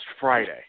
Friday